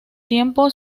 tiempo